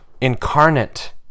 incarnate